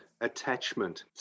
attachment